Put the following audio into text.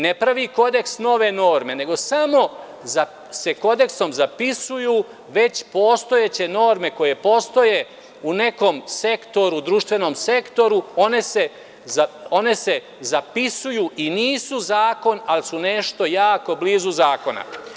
Ne pravi kodeks nove norme, nego samo se za kodeksom zapisuju već postojeće norme koje postoje u nekom sektoru, društvenom sektoru, one se zapisuju i nisu zakon, ali su nešto jako blizu zakona.